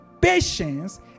patience